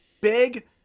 big